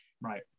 right